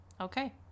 Okay